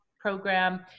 program